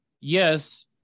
yes